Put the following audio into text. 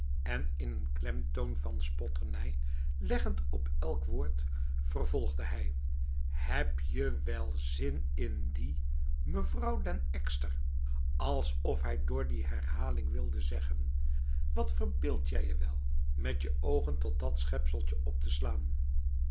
en een klemtoon van spotternij leggend op elk woord vervolgde hij heb je wel zin in die mevrouw den ekster alsof hij door die herhaling wilde zeggen wat verbeeldt gij je wel met je ogen tot dat schepseltje op te slaan